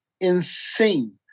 insane